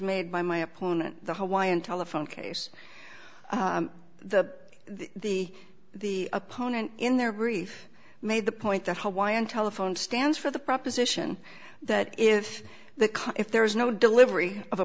made by my opponent the hawaiian telephone case the the the opponent in their brief made the point that hawaiian telephone stands for the proposition that if the car if there is no delivery of a